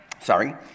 Sorry